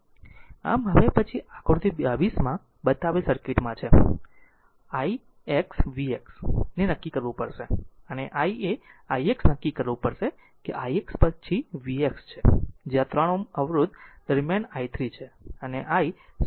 આમ હવે પછી આકૃતિ 22 માં બતાવેલ સર્કિટ માં છેix v x ને નક્કી કરવું પડશે અને I એ ix નક્કી કરવું પડશે કે ix પછી v x છે જે આ 3 Ω અવરોધ દરમ્યાન i 3 છે અને i